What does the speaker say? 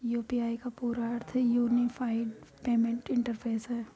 UPI का पूरा अर्थ यूनिफाइड पेमेंट इंटरफ़ेस है